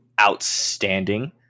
outstanding